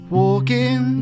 walking